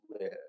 live